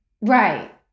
Right